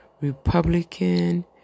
Republican